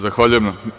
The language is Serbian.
Zahvaljujem.